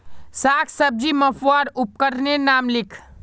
साग सब्जी मपवार उपकरनेर नाम लिख?